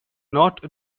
not